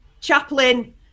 chaplain